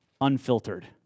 unfiltered